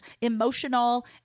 emotional